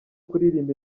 kuririmba